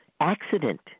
accident